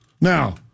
Now